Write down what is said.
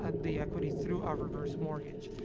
and the equity through ah a reverse mortgage.